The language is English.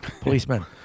policeman